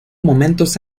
momentos